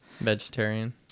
Vegetarian